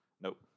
Nope